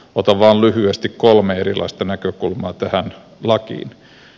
otan vain lyhyesti kolme erilaista näkökulmaa tähän lakiin